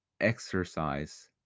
exercise